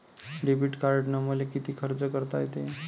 Debit कार्डानं मले किती खर्च करता येते?